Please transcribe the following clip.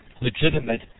legitimate